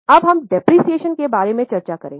अब हम मूल्यह्रास के बारे में चर्चा करेंगे